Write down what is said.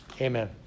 amen